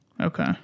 Okay